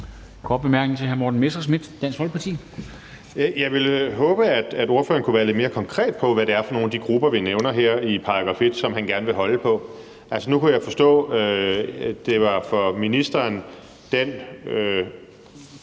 Folkeparti. Kl. 14:00 Morten Messerschmidt (DF): Jeg ville håbe, at ordføreren kunne være lidt mere konkret på, hvad det er for nogle af de grupper, vi nævner her i § 1, som han gerne vil holde på. Nu kunne jeg forstå, at det for ministeren er